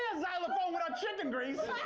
ah xylophone without chicken grease.